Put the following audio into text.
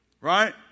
Right